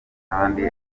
kandi